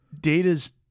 data's